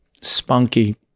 Spunky